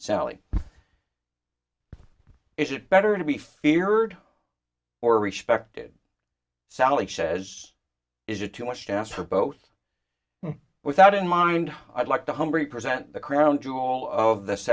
sally is it better to be feared or respected sally says is it too much to ask for both with out in mind i'd like to hungary present the crown jewel of th